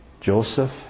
Joseph